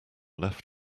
left